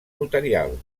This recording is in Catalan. notarial